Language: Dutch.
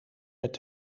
met